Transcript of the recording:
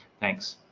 thanks.